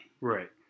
Right